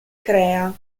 crea